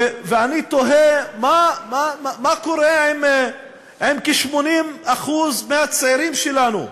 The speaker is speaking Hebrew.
ואני תוהה, מה קורה עם כ-80% מהצעירים שלנו?